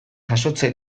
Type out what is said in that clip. jasotze